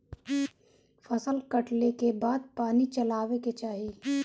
फसल कटले के बाद पानी चलावे के चाही